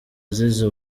azize